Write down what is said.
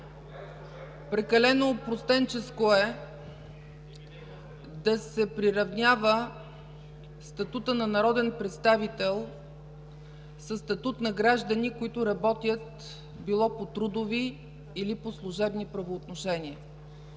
Прекалено опростенческо е да се приравнява статутът на народен представител със статут на граждани, които работят по трудови или по служебни правоотношения.